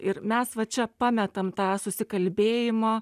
ir mes va čia pametam tą susikalbėjimą